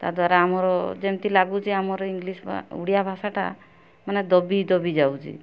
ତା'ଦ୍ଵାରା ଆମର ଯେମିତି ଲାଗୁଛି ଆମର ଇଂଲିଶ୍ ଓଡ଼ିଆ ଭାଷାଟା ମାନେ ଦବି ଦବି ଯାଉଛି